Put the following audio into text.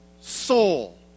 soul